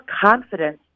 confidence